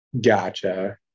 Gotcha